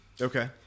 okay